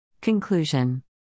Conclusion